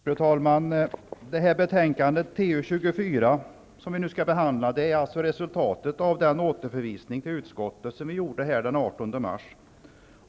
Fru talman! Detta betänkande, TU24, som vi nu skall behandla, är alltså resultatet av den återförvisning till utskottet som riksdagen gjorde den 18 mars.